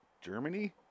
Germany